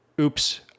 oops